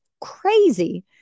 crazy